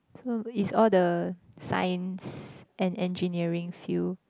so is all the science and engineering field